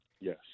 Yes